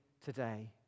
today